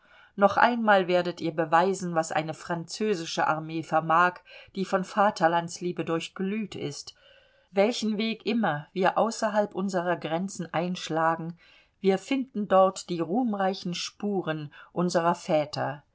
noch einmal werdet ihr beweisen was eine französische armee vermag die von vaterlandsliebe durchglüht ist welchen weg immer wir außerhalb unserer grenzen einschlagen wir finden dort die ruhmreichen spuren unserer väter